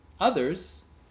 Others